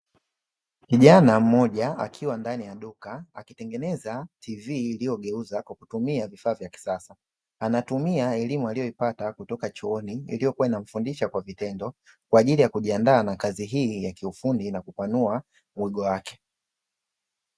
Kijana mmoja akiwa ndani ya duka akitengeneza tivi aliyoigeuza kwa kutumia vifaa vya kisasa, anatumia elimu aliyoipata kutoka chuoni iliyokuwa anamfundisha kwa vitendo kwa ajili ya kujianda na kazi hii ya kiufundi na kupanua wigo wake.